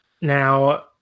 Now